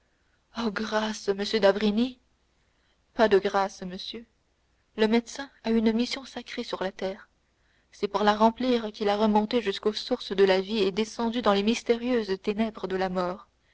oh grâce monsieur d'avrigny pas de grâce monsieur le médecin a une mission sacrée sur la terre c'est pour la remplir qu'il a remonté jusqu'aux sources de la vie et descendu dans les mystérieuses ténèbres de la mort